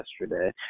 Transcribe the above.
yesterday